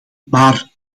maar